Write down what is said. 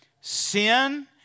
Sin